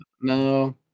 No